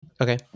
Okay